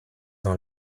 dans